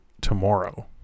tomorrow